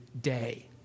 day